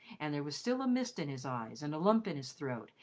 and there was still a mist in his eyes, and a lump in his throat,